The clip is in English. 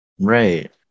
Right